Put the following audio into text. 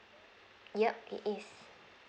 yup it is